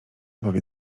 powie